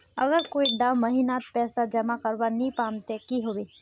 अगर कोई डा महीनात पैसा जमा करवा नी पाम ते की होबे?